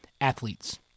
athletes